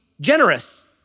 generous